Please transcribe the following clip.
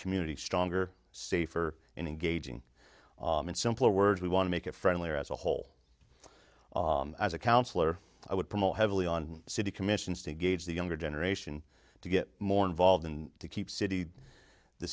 community stronger safer in engaging in simpler words we want to make it friendlier as a whole as a counselor i would promote heavily on city commissions to gauge the younger generation to get more involved and to keep city the